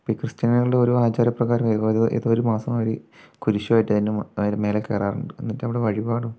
ക്രിസ്ത്യാനികളുടെ ഓരോ ആചാരപ്രകാരം ഏതോ ഒരു മാസം അവര് കുരിശുമായിട്ട് അതിൻ്റെ അതിൻ്റെ മേലേ കയറാറുണ്ട് എന്നിട്ട് അവിടെ വഴിപാടും